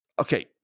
Okay